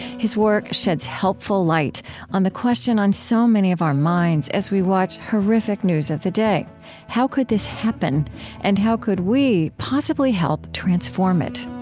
his work sheds helpful light on the question on so many of our minds as we watch horrific news of the day how could this happen and how could we possibly help transform it?